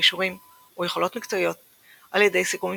כישורים ויכולות מקצועיות על ידי סיכומים